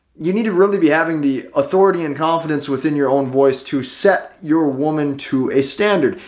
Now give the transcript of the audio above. you need to really be having the authority and confidence within your own voice to set your woman to a standard.